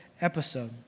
episode